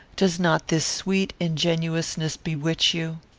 does not this sweet ingenuousness bewitch you?